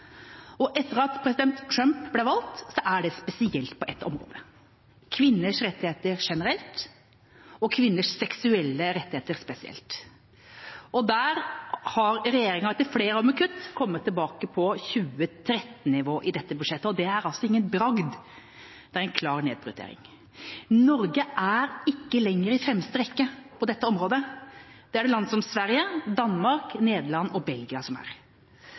forskjell. Etter at president Trump ble valgt, er det spesielt på ett område: kvinners rettigheter generelt og kvinners seksuelle rettigheter spesielt. Der har regjeringa etter flere år med kutt kommet tilbake på 2013-nivå i dette budsjettet. Det er altså ingen bragd, det er en klar nedprioritering. Norge er ikke lenger i fremste rekke på dette området. Det er det land som Sverige, Danmark, Nederland og Belgia som er.